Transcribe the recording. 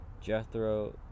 Jethro